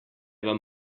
vam